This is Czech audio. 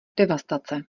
devastace